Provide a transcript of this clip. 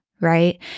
right